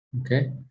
okay